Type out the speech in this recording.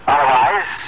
Otherwise